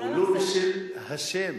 ולו בשל השם,